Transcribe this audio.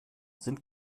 sind